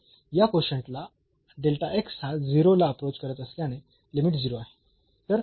म्हणून या कोशंट ला हा 0 ला अप्रोच करत असल्याने लिमिट 0 आहे